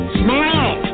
smile